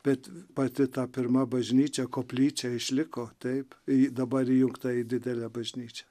bet pati ta pirma bažnyčia koplyčia išliko taip ji dabar įjungta į didelę bažnyčią